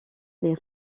les